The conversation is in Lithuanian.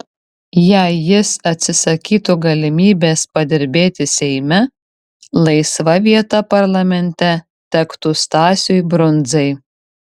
jei jis atsisakytų galimybės padirbėti seime laisva vieta parlamente tektų stasiui brundzai